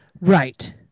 right